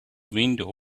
window